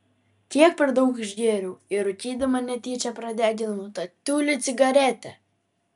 kiek per daug išgėriau ir rūkydama netyčia pradeginau tą tiulį cigarete